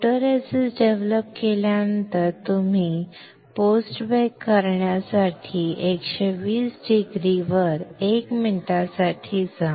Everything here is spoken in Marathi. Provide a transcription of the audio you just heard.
फोटोरेसिस्ट डेव्हलप केल्यानंतर तुम्ही पोस्ट बेक करण्यासाठी 120 डिग्रीवर 1 मिनिटासाठी जा